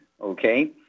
okay